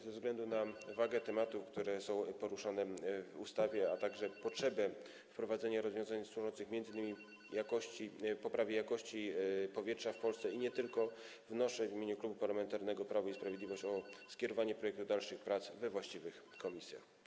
Ze względu na wagę tematów, które są poruszane w ustawie, a także potrzebę wprowadzenia rozwiązań służących m.in. poprawie jakości powietrza w Polsce, i nie tylko, wnoszę w imieniu Klubu Parlamentarnego Prawo i Sprawiedliwość o skierowanie projektu do dalszych prac we właściwych komisjach.